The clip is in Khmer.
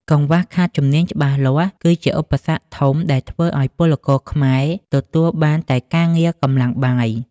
កង្វះខាតជំនាញច្បាស់លាស់គឺជាឧបសគ្គធំដែលធ្វើឱ្យពលករខ្មែរទទួលបានតែការងារកម្លាំងបាយ។